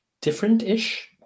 different-ish